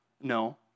No